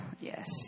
Yes